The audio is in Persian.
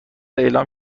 اعلام